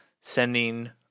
sending